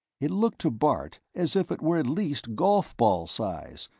it looked to bart as if it were at least golf-ball size,